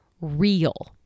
real